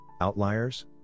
outliers